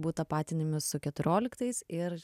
būt tapatinami su keturioliktais ir